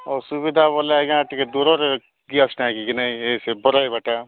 ଅସୁୁବିଧା ବଲେ ଆଜ୍ଞା ଟିକେ ଦୂରରେ ଗ୍ୟାସ୍ ସେ ବଢ଼େଇବାଟା